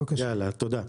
תודה.